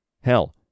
Hell